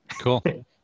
Cool